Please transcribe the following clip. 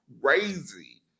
crazy